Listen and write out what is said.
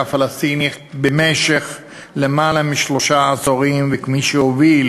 הפלסטינית במשך למעלה משלושה עשורים וכמי שהוביל